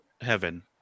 heaven